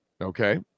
okay